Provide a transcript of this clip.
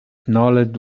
knowledge